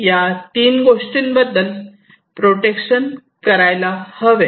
या तीन वेगवेगळ्या गोष्टींबद्दल प्रोटेक्शन करायला हवे